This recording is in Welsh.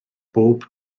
bob